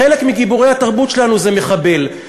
חלק מגיבורי התרבות שלנו זה מחבל.